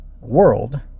world